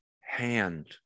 hand